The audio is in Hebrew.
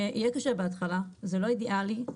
יהיה קשה בהתחלה, זה לא אידיאלי.